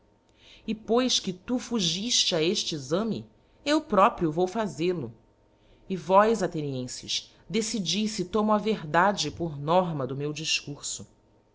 e pois que tu fu gifte a efte exame eu próprio vou fazel-o e vós aihenienfes decidi fe tomo a verdade por norma do meu difcurfo